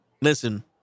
listen